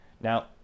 now